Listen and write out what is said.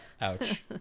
Ouch